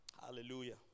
Hallelujah